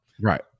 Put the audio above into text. Right